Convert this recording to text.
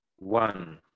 one